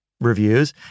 reviews